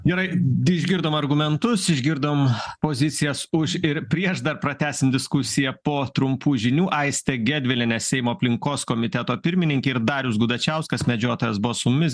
gerai di išgirdom argumentus išgirdom pozicijas už ir prieš dar pratęsim diskusiją po trumpų žinių aistė gedvilienė seimo aplinkos komiteto pirmininkė ir darius gudačiauskas medžiotojas buvo su mumis